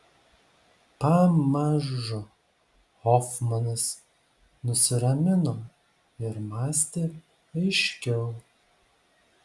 pamažu hofmanas nusiramino ir mąstė aiškiau